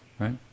Right